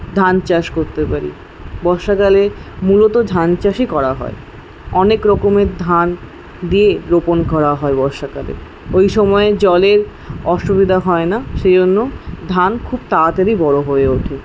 ধান চাষ করতে পারি বর্ষাকালে মূলত ধান চাষই করা হয় অনেক রকমের ধান দিয়ে রোপণ করা হয় বর্ষাকালে ওই সময় জলের অসুবিধা হয়না সেইজন্য ধান খুব তাড়াতাড়ি বড়ো হয়ে ওঠে